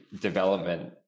development